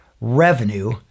revenue